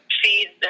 feed